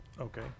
okay